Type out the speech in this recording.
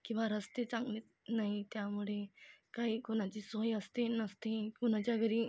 किंवा रस्ते चांगले नाही त्यामुळे काही कोणाची सोय असते नसते कुणाच्या घरी